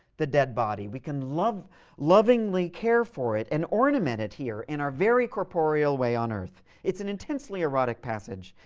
the dead body. we can lovingly care for it and ornament it here in our very corporeal way on earth. it's an intensely erotic passage,